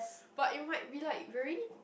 but it might be like very